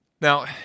Now